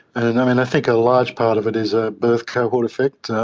and and um and i think a large part of it is a birth cohort effect.